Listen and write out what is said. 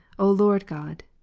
o lord god,